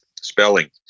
spelling